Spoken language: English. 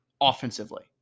offensively